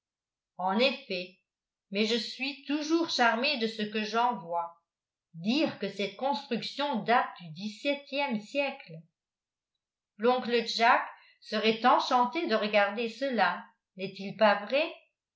en effet mais je suis toujours charmé de ce que j'en vois dire que cette construction date du dix-septième siècle l'oncle jack serait enchanté de regarder cela n'est-il pas vrai